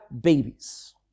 babies